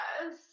yes